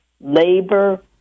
Labor